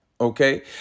okay